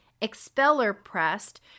expeller-pressed